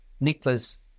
Nicholas